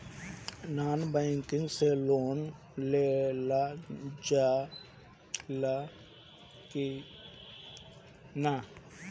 Non banking से loan लेल जा ले कि ना?